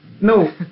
No